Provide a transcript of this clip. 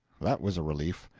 that was a relief.